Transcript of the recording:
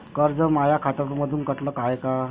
कर्ज माया खात्यामंधून कटलं हाय का?